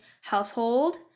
household